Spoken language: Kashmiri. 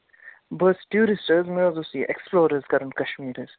بہٕ حظ چھُس ٹیٛوٗرِسٹہٕ حظ مےٚ حظ اوس یہِ ایکٕسپُلور حظ کَرُن حظ کَشمیٖر حظ